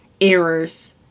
Errors